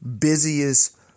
busiest